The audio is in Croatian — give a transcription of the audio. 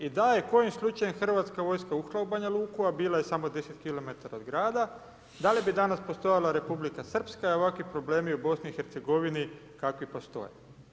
I da je kojim slučajem hrvatska vojska ušla u Banja Luku a bila je samo 10 km od grada, da li bi danas postojala Republika Srpska i ovakvi problemi u BiH-u kakvi postoje?